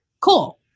cool